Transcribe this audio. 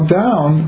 down